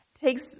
takes